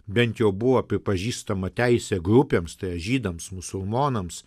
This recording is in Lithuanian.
bent jau buvo pripažįstama teisė grupėms žydams musulmonams